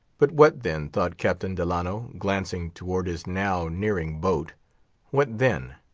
but what then, thought captain delano, glancing towards his now nearing boat what then?